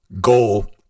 goal